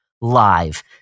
live